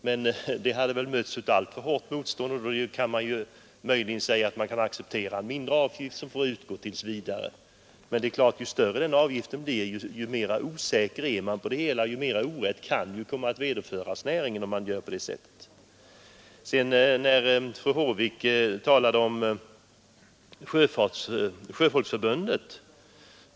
Men det hade väl mötts av alltför hårt motstånd, och då kan man möjligen acceptera en mindre avgift att utgå tills vidare. Men ju större denna avgift är desto mera osäker är man och ju mera orätt kan komma att vederfaras näringen. Fru Håvik talade om Sjöfolksförbundet.